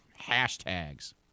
hashtags